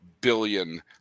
billion